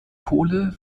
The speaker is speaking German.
kohle